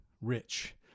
rich